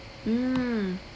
mm